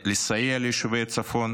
לסייע ליישובי הצפון,